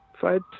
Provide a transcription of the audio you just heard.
Fight